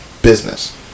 business